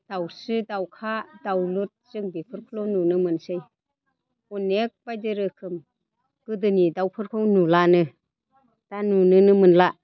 दाउस्रि दाउखा दाउलुर जों बेफोरखौल' नुनो मोनोसै अनेक बायदि रोखोम गोदोनि दाउफोरखौ नुलानो दा नुनोनो मोनला